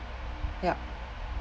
yup